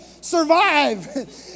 survive